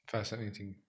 Fascinating